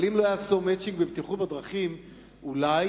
אבל דא